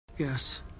Yes